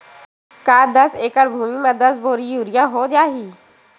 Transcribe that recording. का दस एकड़ भुमि में दस बोरी यूरिया हो जाही?